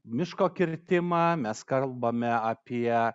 miško kirtimą mes kalbame apie